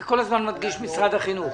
אתה כל הזמן מדגיש משרד החינוך.